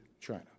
China